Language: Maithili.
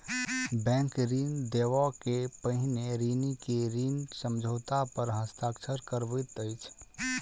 बैंक ऋण देबअ के पहिने ऋणी के ऋण समझौता पर हस्ताक्षर करबैत अछि